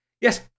yes